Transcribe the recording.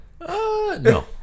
no